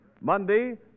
Monday